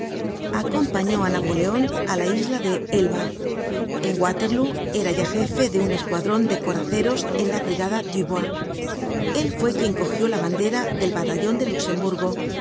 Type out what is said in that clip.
acompañó á napoleon á la isla de elba en waterlóo era ya jefe de un escuadron de coraceros en la brigada dubois el fue quien cogió la bandera del batallon de luxemburgo